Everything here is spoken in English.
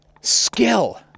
skill